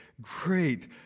great